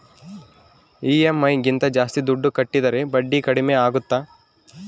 EMI ಗಿಂತ ಜಾಸ್ತಿ ದುಡ್ಡು ಕಟ್ಟಿದರೆ ಬಡ್ಡಿ ಕಡಿಮೆ ಆಗುತ್ತಾ?